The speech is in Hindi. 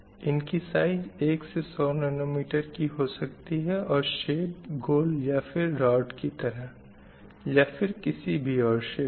इनकी साइज़ 1 100 nm की हो सकती है और शेप गोल या फिर रॉड की तरह या फिर और किसी भी शेप का